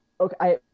Okay